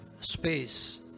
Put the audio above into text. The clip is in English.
space